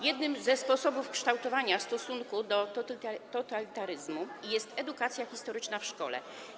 Jednym ze sposobów kształtowania stosunku do totalitaryzmu jest edukacja historyczna w szkole.